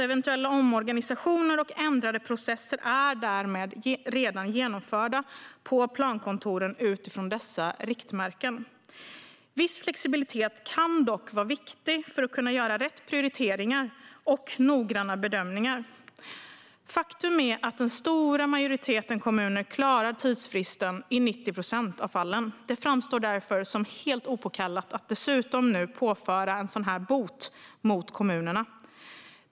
Eventuella omorganisationer och ändrade processer är därmed redan genomförda på plankontoren utifrån dessa riktmärken. Viss flexibilitet kan dock vara viktig för att kunna göra rätt prioriteringar och noggranna bedömningar. Faktum är att en stor majoritet kommuner klarar tidsfristen i 90 procent av fallen. Det framstår därför som helt opåkallat att påföra en sådan här bot på kommunerna.